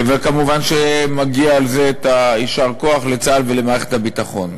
ומובן שמגיע על זה יישר כוח לצה"ל ולמערכת הביטחון.